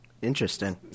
Interesting